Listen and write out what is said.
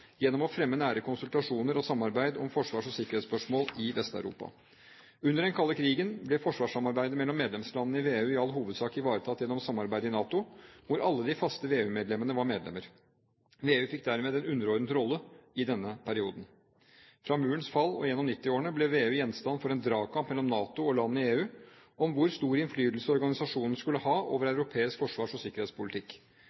gjennom å fremme nære konsultasjoner og samarbeid om forsvars- og sikkerhetsspørsmål i Vest-Europa. Under den kalde krigen ble forsvarssamarbeidet mellom medlemslandene i VEU i all hovedsak ivaretatt gjennom samarbeidet i NATO, hvor alle de faste VEU-medlemmene var medlemmer. VEU fikk dermed en underordnet rolle i denne perioden. Fra murens fall og gjennom 1990-årene ble VEU gjenstand for en dragkamp mellom NATO og land i EU om hvor stor innflytelse organisasjonen skulle ha over